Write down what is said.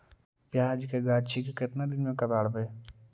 प्याज के गाछि के केतना दिन में कबाड़बै?